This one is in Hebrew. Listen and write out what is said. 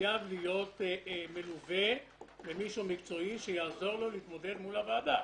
חייב להיות מלווה במישהו מקצועי שיעזור לו להתמודד מול הוועדה.